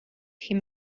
him